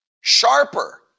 sharper